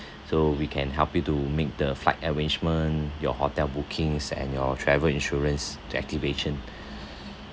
so we can help you to make the flight arrangement your hotel bookings and your travel insurance to activation